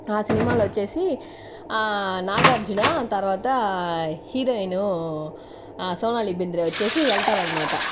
ఆ సినిమాలో వచ్చేసి నాగార్జున తర్వాత హీరోయిన్ సోనాలిబింద్రే వచ్చేసి వెళ్తారనమాట